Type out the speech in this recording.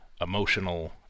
emotional